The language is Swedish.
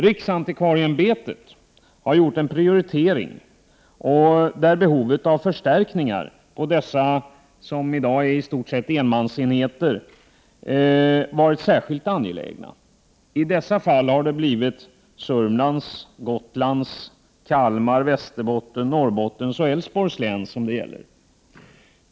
Riksantikvarieämbetet har prioriterat särskilt angelägna förstärkningar av dessa —i stort sett — enmansenheter. De län som då har kommit i fråga är Södermanlands, Gotlands, Kalmar, Västerbottens, Norrbottens och Älvsborgs län.